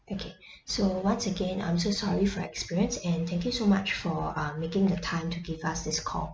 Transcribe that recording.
okay so once again I'm so sorry for your experience and thank you so much for uh making the time to give us this call